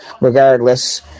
regardless